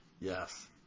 Yes